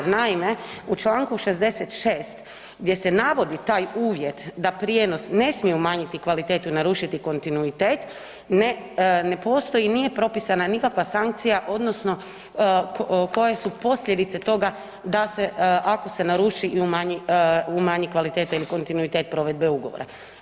Jer, naime, u čl. 66. gdje se navodi taj uvjet da prijenos ne smije umanjiti kvalitetu i narušiti kontinuitet, ne postoji, nije propisana nikakva sankcija, odnosno koje su posljedice toga da se, ako se naruši i umanji kvaliteta ili kontinuitet provedbe ugovora.